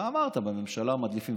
אתה אמרת: בממשלה מדליפים,